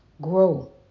Grow